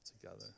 together